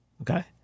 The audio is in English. Okay